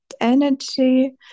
energy